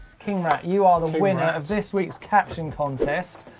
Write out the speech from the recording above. king rat, you are the winner of this week's caption contest.